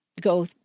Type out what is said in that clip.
go